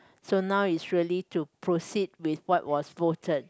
so now is really to proceed with what was voted